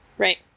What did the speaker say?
Right